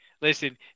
listen